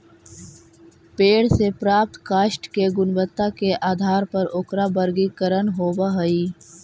पेड़ से प्राप्त काष्ठ के गुणवत्ता के आधार पर ओकरा वर्गीकरण होवऽ हई